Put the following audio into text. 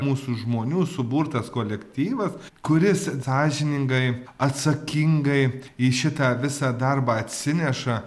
mūsų žmonių suburtas kolektyvas kuris sąžiningai atsakingai į šitą visą darbą atsineša